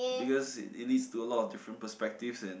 because it is got a lot of different perspective and